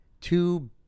two